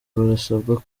barasabwa